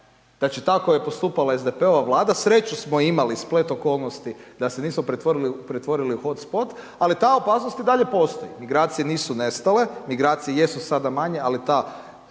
znači, tako je postupala SDP-ova Vlada, sreću smo imali, splet okolnosti da se nismo pretvorili u hot spot, ali ta opasnost i dalje postoji, migracije nisu nestale, migracije jesu sada manje, ali ta,